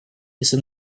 если